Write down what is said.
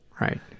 right